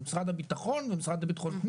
המשרד לביטחון פנים ומשרד הביטחון,